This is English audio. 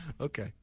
Okay